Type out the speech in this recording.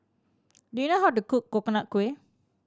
do you know how to cook Coconut Kuih